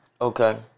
Okay